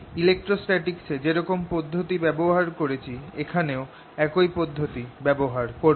electrostatics এ যেরকম পদ্ধতি ব্যবহার করেছি এখানেও একই পদ্ধতি ব্যবহার করব